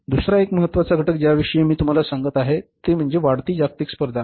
दुसरा एक महत्त्वाचा घटक ज्याच्याविषयी मी तुम्हाला सांगत आहे ती म्हणजे वाढती जागतिक स्पर्धा